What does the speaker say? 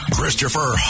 Christopher